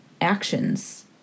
actions